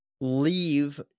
leave